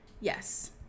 Yes